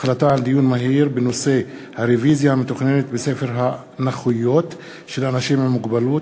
דיון מהיר בנושא: הרוויזיה המתוכננת בספר הנכויות של אנשים עם מוגבלות,